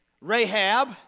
Rahab